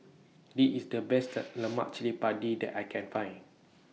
This IS The Best Lemak Cili Padi that I Can Find